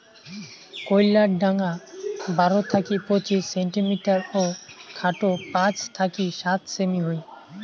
কইল্লার ঢাঙা বারো থাকি পঁচিশ সেন্টিমিটার ও খাটো পাঁচ থাকি সাত সেমি হই